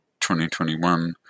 2021